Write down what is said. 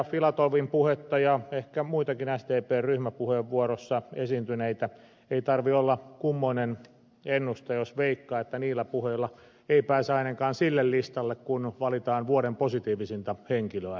filatovin puhetta ja ehkä muitakin sdpn ryhmäpuheenvuoron esittänyttä ei tarvitse olla kummoinen ennustaja jos veikkaa että niillä puheilla ei pääse ainakaan sille listalle miltä valitaan vuoden positiivisinta henkilöä suomessa